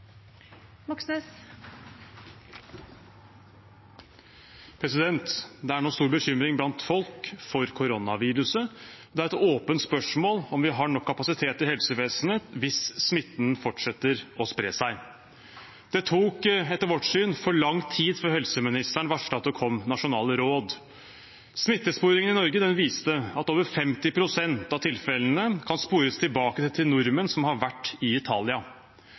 et åpent spørsmål om vi har nok kapasitet i helsevesenet hvis smitten fortsetter å spre seg. Det tok etter vårt syn for lang tid fra helseministeren varslet at det kom nasjonale råd. Smittesporingen i Norge viste at over 50 pst. av tilfellene kan spores tilbake til nordmenn som har vært i Italia.